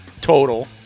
total